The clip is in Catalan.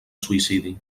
suïcidi